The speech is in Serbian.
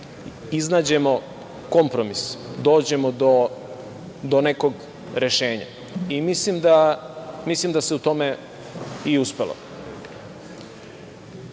iznađemo kompromis, dođemo do nekog rešenja i mislim da se u tome i uspelo.